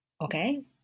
Okay